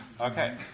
Okay